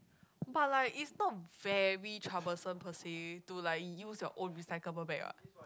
but like it's not very troublesome per say to like use your own recyclable bag what